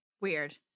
Weird